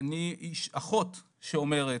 אחות שאומרת